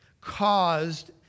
caused